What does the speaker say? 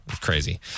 crazy